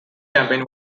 campaign